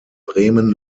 bremen